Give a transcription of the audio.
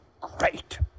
great